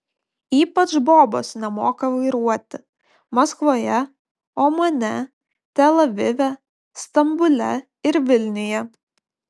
ypač bobos nemoka vairuoti maskvoje omane tel avive stambule ir vilniuje